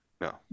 no